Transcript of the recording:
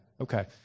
okay